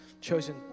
chosen